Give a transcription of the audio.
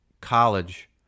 college